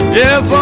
yes